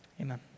Amen